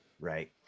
right